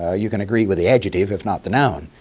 ah you can agree with the adjective if not the noun.